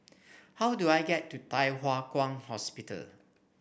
how do I get to Thye Hua Kwan Hospital